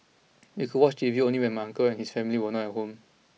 and we could watch T V only when my uncle and his family were not at home